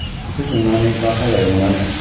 ओंख्रि संनानै बा भाजा एवनानै